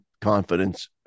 confidence